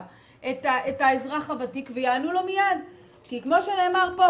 - את האזרח הוותיק ויענו לו מייד כי כמו שנאמר פה,